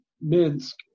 Minsk